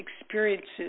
experiences